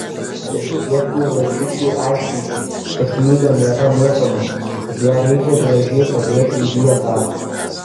reikėtų vaikučiui aiškinti kad knyga nėra mėtoma kad ją reikia gražiai padėti į vietą